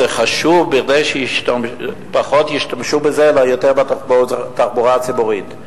זה חשוב כדי שישתמשו בפחות דלק ויותר בתחבורה ציבורית.